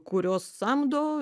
kuriuos samdo